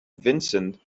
vincent